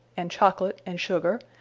and chocolate and sugar,